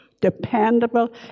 dependable